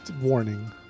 warning